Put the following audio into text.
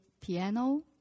piano